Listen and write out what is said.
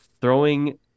throwing